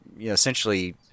essentially